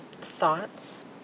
Thoughts